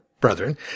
brethren